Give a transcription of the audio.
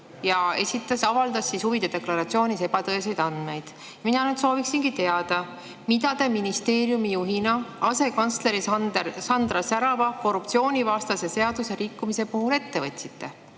sest avaldas huvide deklaratsioonis ebatõeseid andmeid. Mina sooviksingi teada, mida te ministeeriumi juhina asekantsler Sandra Särava korruptsioonivastase seaduse rikkumise puhul ette võtsite.